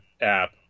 app